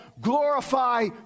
glorify